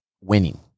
winning